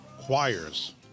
choirs